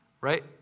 right